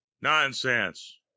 Nonsense